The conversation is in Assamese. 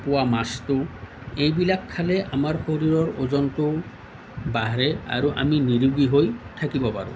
পোৱা মাছটো এইবিলাক খালে আমাৰ শৰীৰৰ ওজনটো বাঢ়ে আৰু আমি নিৰোগী হৈ থাকিব পাৰোঁ